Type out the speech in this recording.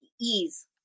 ease